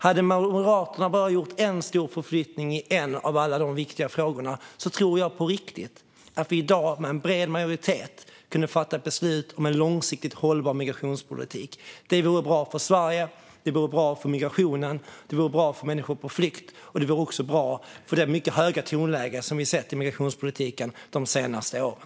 Hade Moderaterna bara gjort en stor förflyttning i en av alla de viktiga frågorna tror jag på riktigt att vi i dag med bred majoritet hade kunnat fatta beslut om en långsiktigt hållbar migrationspolitik. Det hade varit bra för Sverige, det hade varit bra för migrationen och det hade varit bra för människor på flykt. Det hade också varit bra för det mycket höga tonläge som vi hört i migrationspolitiken de senaste åren.